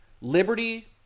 Liberty